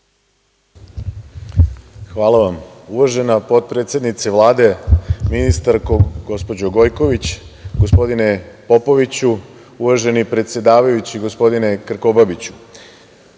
Hvala vam. Uvažena potpredsednice Vlade, ministarko, gospođo Gojković, gospodine Popoviću, uvaženi predsedavajući, gospodine Krkobabiću,